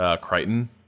Crichton